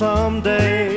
Someday